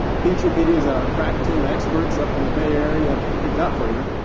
feature videos that our crack team experts up in the bay area have picked out for you.